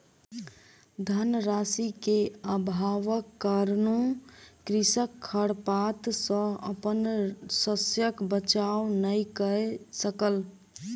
धन राशि के अभावक कारणेँ कृषक खरपात सॅ अपन शस्यक बचाव नै कय सकल